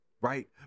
right